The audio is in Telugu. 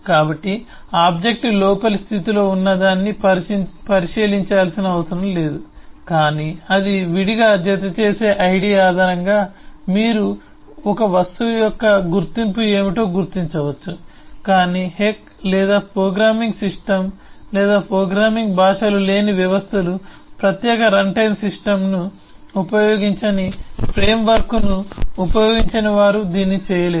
కాబట్టి ఆబ్జెక్ట్ లోపలి స్థితిలో ఉన్నదాన్ని పరిశీలించాల్సిన అవసరం లేదు కానీ అది విడిగా జతచేసే ఐడి ఆధారంగా మీరు ఒక వస్తువు యొక్క గుర్తింపు ఏమిటో గుర్తించవచ్చు కాని హెక్ లేదా ప్రోగ్రామింగ్ సిస్టమ్ లేదా ప్రోగ్రామింగ్ భాషలు లేని వ్యవస్థలు ప్రత్యేక రన్టైమ్ సిస్టమ్ను ఉపయోగించని ఫ్రేమ్వర్క్ను ఉపయోగించని వారు దీన్ని చేయలేరు